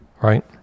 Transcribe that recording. Right